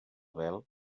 bel